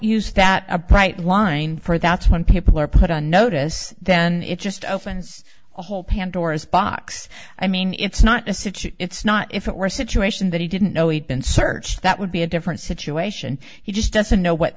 use that a bright line for that's when people are put on notice then it just opens a whole pandora's box i mean it's not a situ it's not if it were a situation that he didn't know he'd been searched that would be a different situation he just doesn't know what